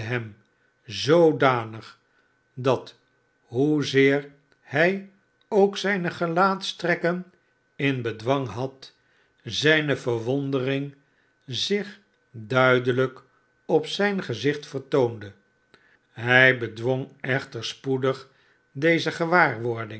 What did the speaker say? zoodanig dat hoezeer hij ook zijne gelaatstrekken in bedwang had zijne verwondering zich duidelijk op zijn gezicht vertoonde hij bedwong echter spoedig deze gewaarwording